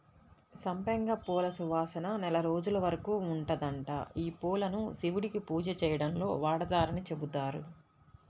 సంపెంగ పూల సువాసన నెల రోజుల వరకు ఉంటదంట, యీ పూలను శివుడికి పూజ చేయడంలో వాడరని చెబుతారు